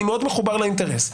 אני מאוד מחובר לאינטרס.